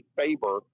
favor